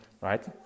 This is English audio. right